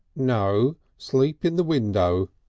no sleep in the window.